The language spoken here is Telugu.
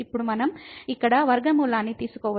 ఇప్పుడు మనం ఇక్కడ వర్గమూలాన్ని తీసుకోవచ్చు